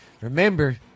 remember